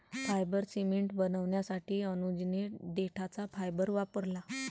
fibre cement बनवण्यासाठी अनुजने देठाचा फायबर वापरला